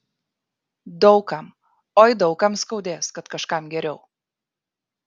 daug kam oi daug kam skaudės kad kažkam geriau